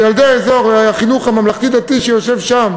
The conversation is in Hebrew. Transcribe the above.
וילדי החינוך הממלכתי-דתי שיושבים שם.